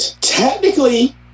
Technically